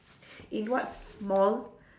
in what small